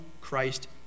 Christ